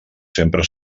sempre